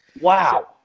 Wow